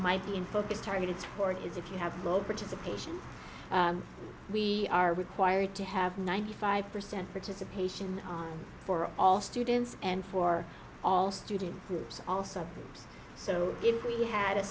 might be in focus targeted support is if you have low participation we are required to have ninety five percent participation for all students and for all student groups also so if we had a